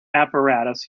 apparatus